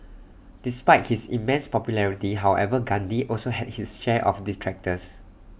despite his immense popularity however Gandhi also had his share of detractors